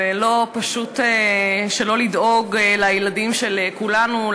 ולא פשוט שלא לדאוג לילדים של כולנו,